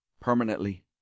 permanently